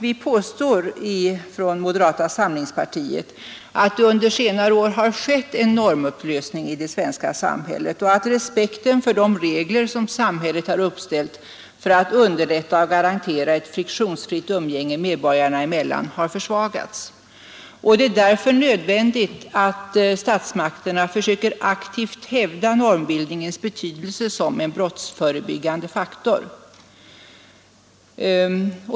Vi påstår från moderata samlingspartiets sida att det under senare år skett en normupplösning i det svenska samhället och att respekten för de regler som samhället uppställt för att underlätta och garantera ett friktionsfritt umgänge medborgarna emellan har försvagats. Det är därför nödvändigt att statsmakterna försöker aktivt hävda normbildningens betydelse som en brottsförebyggande faktor.